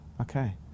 Okay